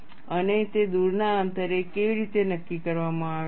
અને તે દૂરના અંતરે કેવી રીતે નક્કી કરવામાં આવે છે